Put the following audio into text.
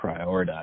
prioritize